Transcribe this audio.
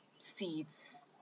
seeds